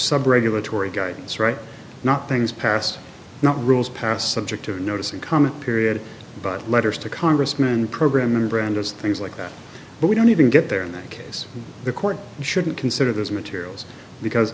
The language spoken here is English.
sub regulatory guidance right not things passed not rules passed subject to notice and comment period but letters to congressman program and renders things like that but we don't even get there in that case the court shouldn't consider those materials because